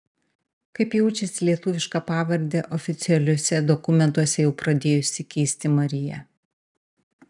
kaip jaučiasi lietuvišką pavardę oficialiuose dokumentuose jau pradėjusi keisti marija